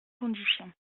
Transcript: conditions